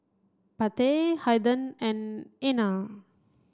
Pate Haiden and Einar